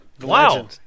Wow